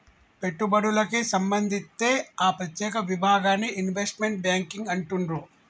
పెట్టుబడులకే సంబంధిత్తే ఆ ప్రత్యేక విభాగాన్ని ఇన్వెస్ట్మెంట్ బ్యేంకింగ్ అంటుండ్రు